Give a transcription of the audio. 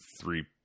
three